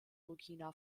burkina